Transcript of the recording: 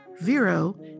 Vero